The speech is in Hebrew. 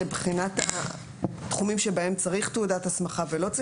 לבחינת התחומים שבהם צריך תעודת הסמכה או לא,